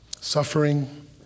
Suffering